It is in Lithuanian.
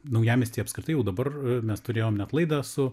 naujamiestyje apskritai jau dabar mes turėjom net laidą su